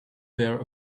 their